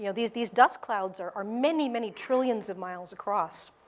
you know these these dust clouds are are many, many trillions of miles across.